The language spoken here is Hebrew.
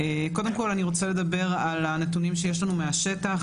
קודם כל אני רוצה לדבר על הנתונים שיש לנו מהשטח.